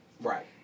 Right